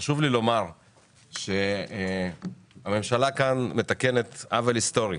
חשוב לי לומר שהממשלה מתקנת כאן עוול היסטורי